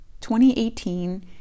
2018